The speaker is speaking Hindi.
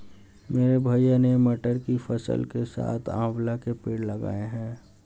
मेरे भैया ने मटर की फसल के साथ आंवला के पेड़ लगाए हैं